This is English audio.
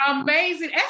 Amazing